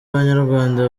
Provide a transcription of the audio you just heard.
banyarwanda